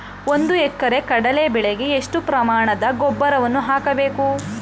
ಒಂದು ಎಕರೆ ಕಡಲೆ ಬೆಳೆಗೆ ಎಷ್ಟು ಪ್ರಮಾಣದ ಗೊಬ್ಬರವನ್ನು ಹಾಕಬೇಕು?